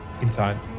Inside